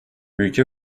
ülke